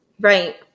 Right